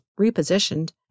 repositioned